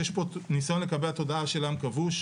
יש פה ניסיון לקבע תודעה של עם כבוש.